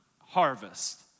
harvest